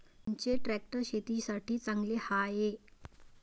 कोनचे ट्रॅक्टर शेतीसाठी चांगले हाये?